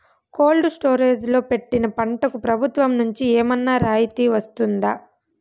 Cold storage లో పెట్టిన పంటకు ప్రభుత్వం నుంచి ఏమన్నా రాయితీ వస్తుందా?